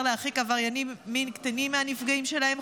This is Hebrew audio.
להרחיק עברייני מין קטנים מהנפגעים שלהם.